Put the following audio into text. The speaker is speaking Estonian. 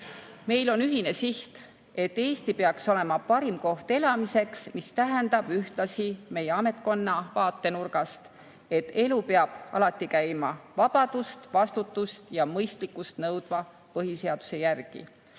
meil ühine siht, et Eesti peaks olema parim koht elamiseks, mis tähendab ühtlasi meie ametkonna vaatenurgast, et elu peab alati käima vabadust, vastutust ja mõistlikkust nõudva põhiseaduse järgi